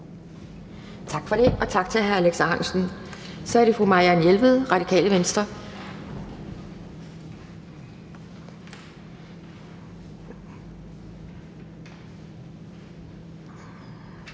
Tak for det, og tak til hr. Alex Ahrendtsen. Så er det fru Marianne Jelved, Radikale Venstre.